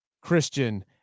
Christian